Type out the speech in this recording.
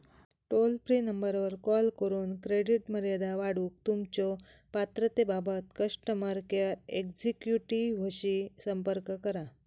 toll free नंबरवर call करून credit मर्यादा वाढवूक तुमच्यो पात्रतेबाबत कस्टमर केअर एक्झिक्युटिव्हशी संपर्क करा